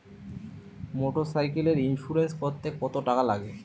মোটরসাইকেলের ইন্সুরেন্স করতে কত টাকা লাগে?